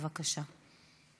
בבקשה.